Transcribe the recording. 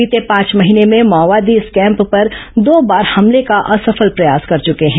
बीते पांच महीने में माओवादी इस कैम्प पर दो बार हमले का असफल प्रयास कर चके हैं